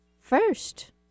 first